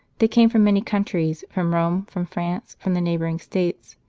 they came from many countries, from rome, from france, from the neighbouring states,